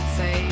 say